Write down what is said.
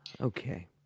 Okay